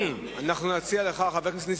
80. 80. אנחנו נציע לך,